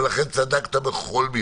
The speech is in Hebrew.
ולכן צדקת בכל מילה.